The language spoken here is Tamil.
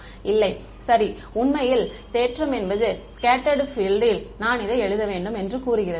இல்லை சரி உண்மையில் தேற்றம் என்பது ஸ்கெட்ட்டர்டு பீல்டில் நான் இதை எழுத வேண்டும் என்று கூறுகிறது